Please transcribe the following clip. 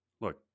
Look